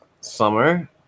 summer